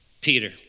Peter